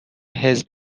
حزب